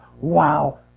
wow